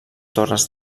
torres